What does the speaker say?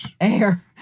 air